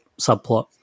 subplot